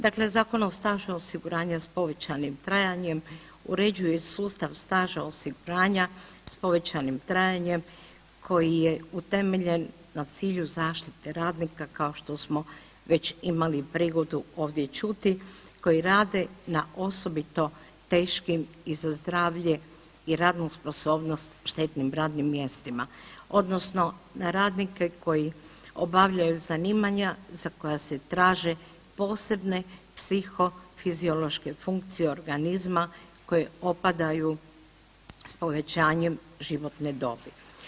Dakle, Zakon o stažu osiguranja s povećanim trajanjem uređuje sustav staža osiguranja s povećanim trajanjem koji je utemeljen na cilju zaštite radnika kao što smo već imali prigodu ovdje čuti, koji rade na osobito teškim i za zdravlje i radnu sposobnost štetnim radnim mjestima odnosno na radnike koji obavljaju zanimanja za koja se traže posebne psihofiziološke funkcije organizma koje opadaju s povećanjem životne dobi.